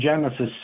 Genesis